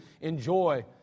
enjoy